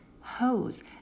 hose